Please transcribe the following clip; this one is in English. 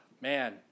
man